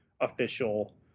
official